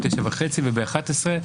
ב-09:30 וב-11:00.